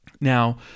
Now